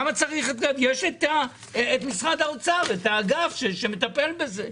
יש את משרד האוצר ואת האגף שמטפל בזה.